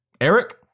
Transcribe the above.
Eric